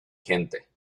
gente